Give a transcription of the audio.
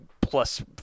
plus –